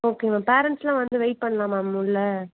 okay ma'am பேரன்ட்ஸ்லாம் வந்து wait பண்ணலாமா மேம் உள்ளே